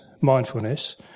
mindfulness